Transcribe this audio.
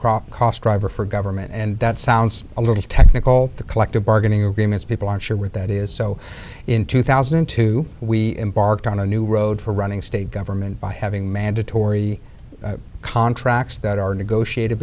crop cost driver for government and that sounds a little technical the collective bargaining agreements people aren't sure what that is so in two thousand and two we embarked on a new road for running state government by having mandatory contracts that are negotiate